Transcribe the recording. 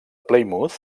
plymouth